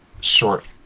short